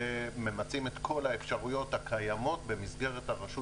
וממצים את כל האפשרויות הקיימות במסגרת הרשות